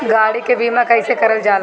गाड़ी के बीमा कईसे करल जाला?